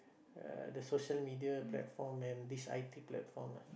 uh the social media platform and this i_t platform ah